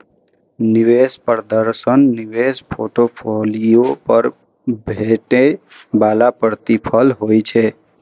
निवेश प्रदर्शन निवेश पोर्टफोलियो पर भेटै बला प्रतिफल होइ छै